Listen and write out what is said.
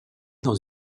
dans